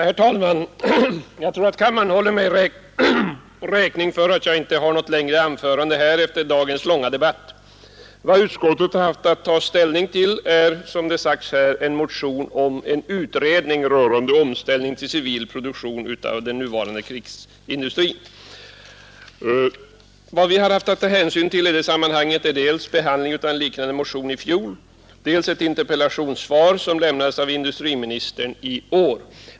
Herr talman! Jag tror kammaren håller mig räkning för att jag inte håller något längre anförande här efter dagens långa debatt. Vad utskottet haft att ta ställning till är, som det sagts här, en motion om en utredning angående omställning till civil produktion av den nuvarande krigsindustrin. Vad vi har haft att ta hänsyn till i det sammanhanget är dels behandlingen av en liknande motion i fjol, dels ett interpellationssvar som lämnades av industriministern i år.